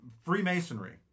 Freemasonry